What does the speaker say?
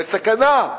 יש סכנה,